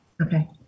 Okay